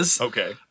Okay